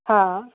हा